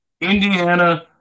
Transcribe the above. Indiana